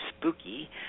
spooky